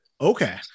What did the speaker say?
Okay